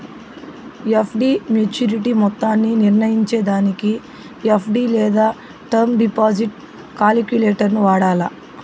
FD maturity మొత్తాన్ని నిర్నయించేదానికి FD లేదా టర్మ్ డిపాజిట్ కాలిక్యులేటరును వాడాల